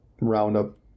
Roundup